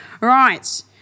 Right